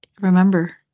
remember